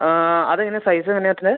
ആ അതെങ്ങനെയാണ് സൈസെങ്ങനെയാ അതിന്